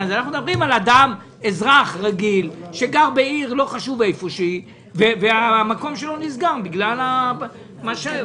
אנחנו מדברים על אזרח רגיל שגר באיזו עיר והמקום שלו נסגר בגלל מה שהיה.